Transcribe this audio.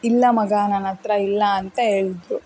ಇಲ್ಲ ಮಗ ನನ್ನ ಹತ್ರ ಇಲ್ಲ ಅಂತ ಹೇಳ್ದ್ರು